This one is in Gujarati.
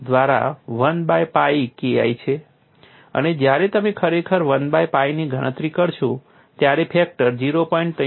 અને જ્યારે તમે ખરેખર 1 બાય pi ની ગણતરી કરશો ત્યારે ફેક્ટર 0